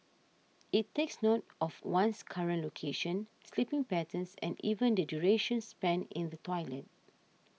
it takes note of one's current location sleeping patterns and even the duration spent in the toilet